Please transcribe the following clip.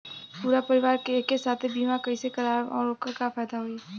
पूरा परिवार के एके साथे बीमा कईसे करवाएम और ओकर का फायदा होई?